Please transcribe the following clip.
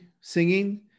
singing